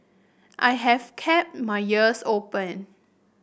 I have kept my ears open